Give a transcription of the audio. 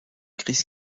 crise